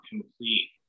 complete